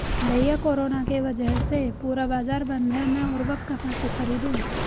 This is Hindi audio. भैया कोरोना के वजह से पूरा बाजार बंद है मैं उर्वक कहां से खरीदू?